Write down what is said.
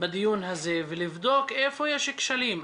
בדיון הזה ולבדוק איפה יש כשלים.